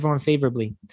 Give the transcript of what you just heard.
favorably